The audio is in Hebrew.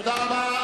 תודה רבה.